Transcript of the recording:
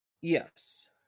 Yes